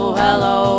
hello